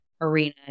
arena